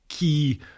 Key